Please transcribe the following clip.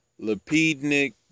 lapidnik